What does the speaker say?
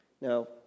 Now